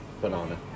banana